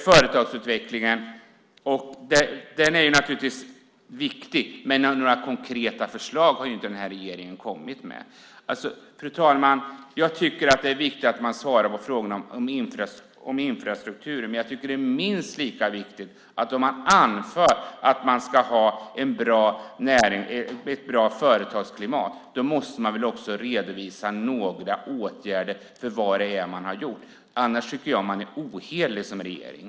Företagsutvecklingen är naturligtvis viktig, men några konkreta förslag har den här regeringen inte kommit med. Fru talman! Jag tycker att det är viktigt att man svarar på frågorna om infrastruktur. Men jag tycker att det är minst lika viktigt att man, om man anför att vi ska ha ett bra företagsklimat, också redovisar några åtgärder och vad man har gjort. Annars är man ohederlig som regering.